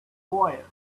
wire